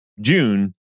June